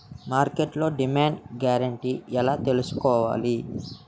మార్కెట్లో demand guarantee ఎలా తెల్సుకోవాలి?